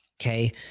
Okay